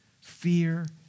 fear